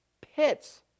pits